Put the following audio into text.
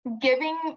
giving